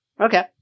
Okay